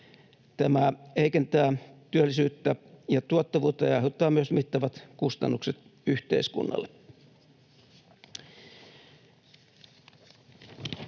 Tämä heikentää työllisyyttä ja tuottavuutta ja aiheuttaa myös mittavat kustannukset yhteiskunnalle.